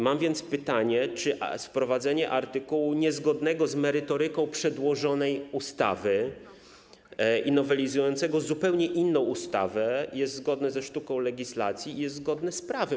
Mam więc pytanie, czy wprowadzenie artykułu niezgodnego z merytoryką przedłożonej ustawy i nowelizującego zupełnie inną ustawę jest zgodne ze sztuką legislacji i czy jest zgodne z prawem.